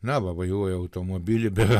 na va vairuoja automobilį be